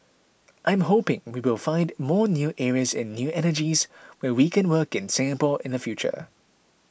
I'm hoping we will find more new areas in new energies where we can work in Singapore in the future